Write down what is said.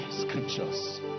scriptures